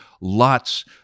Lots